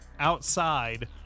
outside